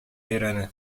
өйрәнә